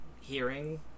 hearing